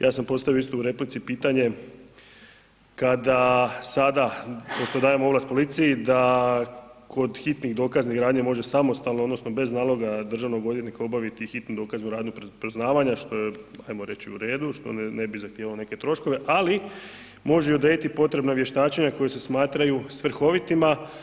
Ja sam postavio isto u replici pitanje kada sada pošto dajemo ovlast policiji da kod hitnih dokaznih radnji može samostalno odnosno bez naloga državnog odvjetnika obaviti hitnu dokaznu radnju poznavanja što je ajmo reći uredu, što ne bi zahtijevalo neke troškove, ali može odrediti potrebna vještačenja koja se smatraju svrhovitima.